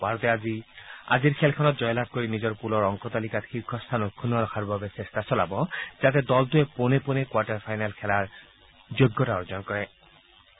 ভাৰতে আজিৰ খেলখনত জয়লাভ কৰি নিজৰ পুলৰ অংকৰ তালিকাত শীৰ্যস্থান অক্ষুন্ন ৰখাৰ বাবে চেষ্টা চলাব যাতে দলটোৱে পোনে পোনে কোৱাৰ্টাৰ ফাইনেল খেলাৰ যোগ্যতা অৰ্জন কৰিব পাৰে